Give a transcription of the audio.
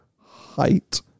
height